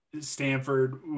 Stanford